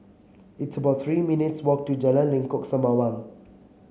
it's about Three minutes' walk to Jalan Lengkok Sembawang